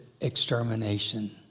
extermination